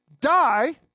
die